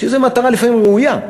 לפעמים זאת מטרה ראויה,